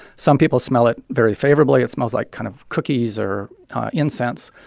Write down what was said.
some people smell it very favorably. it smells like kind of cookies or incense.